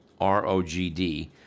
ROGD